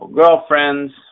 girlfriends